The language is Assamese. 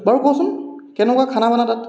বাৰু কচোন কেনেকুৱা খানা বানা তাত